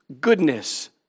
goodness